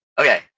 okay